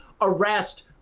arrest